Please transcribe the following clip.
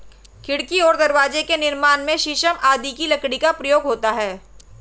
खिड़की और दरवाजे के निर्माण में शीशम आदि की लकड़ी का प्रयोग होता है